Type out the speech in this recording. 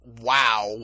Wow